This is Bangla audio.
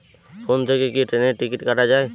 ফোন থেকে কি ট্রেনের টিকিট কাটা য়ায়?